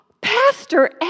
Pastor